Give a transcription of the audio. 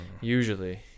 usually